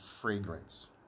fragrance